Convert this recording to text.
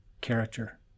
character